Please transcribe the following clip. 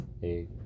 Hey